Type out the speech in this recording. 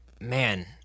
man